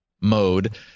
mode